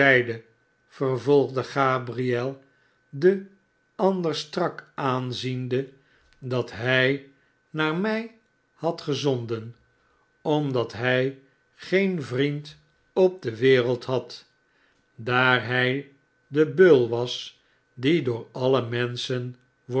vervolgde gabriel den ander strak aanziende dat hij naar mij had gezonden omdat hij geen vriend op de wereld had daar hij de beul was die door alle menschen